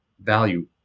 value